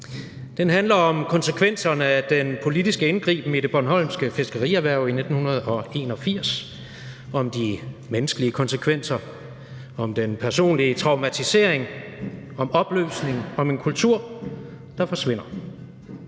Den handler om konsekvenserne af den politiske indgriben i det bornholmske fiskerierhverv i 1981 – om de menneskelige konsekvenser, om den personlige traumatisering, om opløsning og om en kultur, der forsvinder.